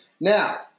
now